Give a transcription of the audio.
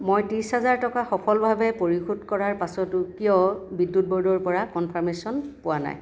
মই ত্ৰিছ হেজাৰ টকা সফলভাৱে পৰিশোধ কৰাৰ পাছতো কিয় বিদ্যুৎ ব'ৰ্ডৰ পৰা কনফাৰ্মেশ্যন পোৱা নাই